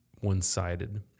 one-sided